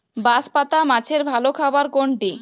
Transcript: বাঁশপাতা মাছের ভালো খাবার কোনটি?